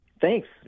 Thanks